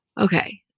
Okay